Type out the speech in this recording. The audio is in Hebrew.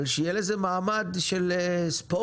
אבל שיהיה לזה מעמד של ספורט,